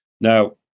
Now